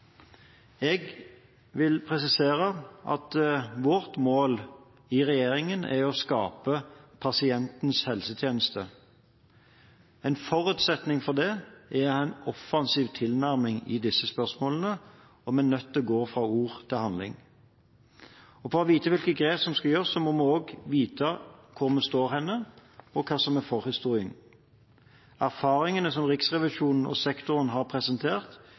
Jeg vil presisere at regjeringens mål er å skape pasientens helsetjeneste. En forutsetning for det er en offensiv tilnærming i disse spørsmålene. Vi er nødt til å gå fra ord til handling. For å vite hvilke grep som skal gjøres, må vi også vite hvor vi står, og hva som er forhistorien. Erfaringene som Riksrevisjonen og sektoren har presentert,